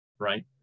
Right